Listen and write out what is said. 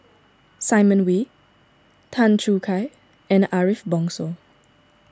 Simon Wee Tan Choo Kai and Ariff Bongso